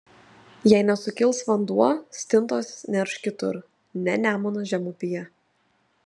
jei nesukils vanduo stintos nerš kitur ne nemuno žemupyje